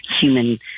human